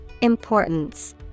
Importance